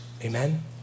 Amen